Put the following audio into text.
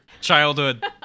childhood